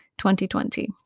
2020